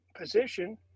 position